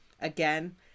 Again